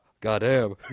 Goddamn